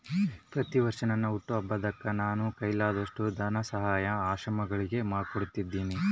ಪ್ರತಿವರ್ಷ ನನ್ ಹುಟ್ಟಿದಬ್ಬಕ್ಕ ನಾನು ಕೈಲಾದೋಟು ಧನಸಹಾಯಾನ ಆಶ್ರಮಗುಳಿಗೆ ಕೊಡ್ತೀನಿ